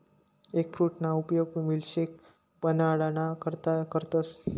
एगफ्रूटना उपयोग मिल्कशेक बनाडाना करता करतस